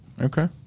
Okay